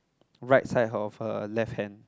right side of her left hand